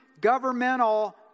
governmental